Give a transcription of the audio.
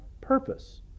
purpose